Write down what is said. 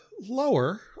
Lower